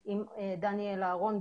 גם כארגונים פרטיים במגזר השלישי,